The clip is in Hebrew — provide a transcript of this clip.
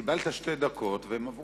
קיבלת שתי דקות, והן כבר עברו.